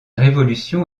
révolution